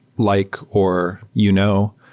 like or you know.